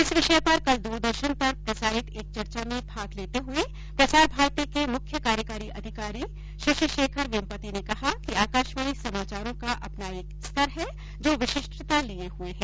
इस विषय पर कल द्रदर्शन पर प्रसारित एक चर्चा में भाग लेते हुए प्रसार भारती के मुख्य कार्यकारी अधिकारी शशिशेखर वेम्पती ने कहा कि आकाशवाणी समाचारों का अपना एक स्तर है जो विशिष्टता लिये हुए है